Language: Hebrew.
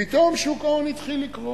פתאום שוק ההון התחיל לקרוס.